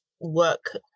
work